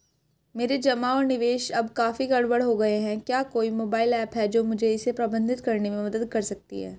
मेरे जमा और निवेश अब काफी गड़बड़ हो गए हैं क्या कोई मोबाइल ऐप है जो मुझे इसे प्रबंधित करने में मदद कर सकती है?